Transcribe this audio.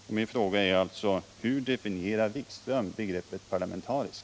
Jag upprepar alltså min fråga: Hur definierar Jan-Erik Wikström begreppet parlamentarisk?